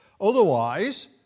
Otherwise